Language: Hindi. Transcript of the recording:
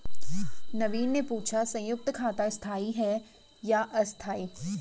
नवीन ने पूछा संयुक्त खाता स्थाई है या अस्थाई